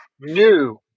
New